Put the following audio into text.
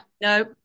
No